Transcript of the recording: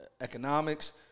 economics